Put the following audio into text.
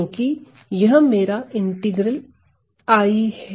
क्योंकि यह मेरा इंटीग्रल I है